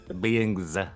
beings